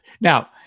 Now